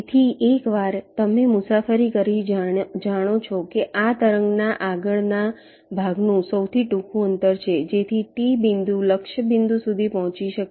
તેથી એકવાર તમે મુસાફરી કરી જાણો છો કે આ તરંગના આગળના ભાગનું સૌથી ટૂંકું અંતર છે જેથી T બિંદુ લક્ષ્ય બિંદુ સુધી પહોંચી શકાય